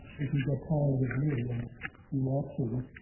if you get tired of me, and you ought to,